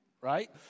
right